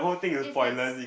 if it's